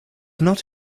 not